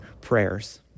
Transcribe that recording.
prayers